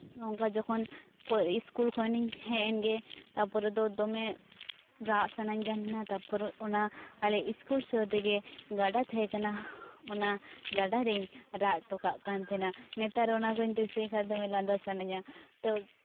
ᱚᱱᱠᱟ ᱡᱚᱠᱷᱚᱱ ᱠᱚ ᱤᱥᱠᱩᱞ ᱠᱷᱚᱱᱤᱧ ᱦᱮᱡ ᱮᱱ ᱜᱮ ᱛᱟᱨᱯᱚᱨᱮ ᱫᱚ ᱫᱚᱢᱮ ᱨᱟᱜ ᱥᱟᱱᱟᱧ ᱠᱟᱱ ᱛᱟᱦᱮᱱᱟ ᱛᱟᱨᱯᱚᱨᱮ ᱚᱱᱟ ᱟᱞᱮ ᱤᱥᱠᱩᱞ ᱥᱩᱨ ᱨᱮᱜᱮ ᱜᱟᱰᱟ ᱛᱟᱦᱮᱸ ᱠᱟᱱᱟ ᱚᱱᱟ ᱜᱟᱰᱟ ᱨᱤᱧ ᱨᱟᱜ ᱦᱚᱴᱚ ᱠᱟᱱ ᱛᱟᱦᱮᱱᱟ ᱱᱮᱛᱟᱨ ᱚᱱᱟ ᱠᱚᱧ ᱫᱤᱥᱟᱹᱭ ᱠᱷᱟᱱ ᱫᱚᱢᱮ ᱞᱟᱸᱫᱟ ᱥᱟᱱᱟᱧᱟ ᱛᱳ